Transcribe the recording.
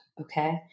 Okay